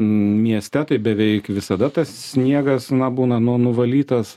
mieste tai beveik visada tas sniegas na būna nu nuvalytas